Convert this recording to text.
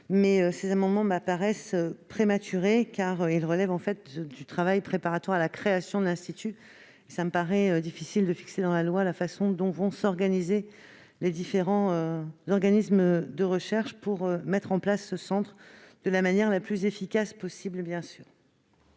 mais ces propositions me paraissent prématurées, car elles relèvent du travail préparatoire à la création de l'institut. Il semble difficile de fixer dans la loi la façon dont vont s'organiser les différents organismes de recherche pour mettre en place ce centre de la manière la plus efficace possible. Je mets